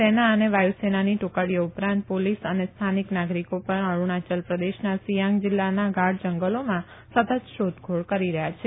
સેના અને વાયુસેનાની ટુકડીઓ ઉપરાંત પોલીસ અને સ્થાનિક નાગરીકો પણ અરૂણાચલ પ્રદેશના સિયાંગ જીલ્લાના ગાઢ જંગલોમાં સતત શોધખોળ કરી રહયાં છે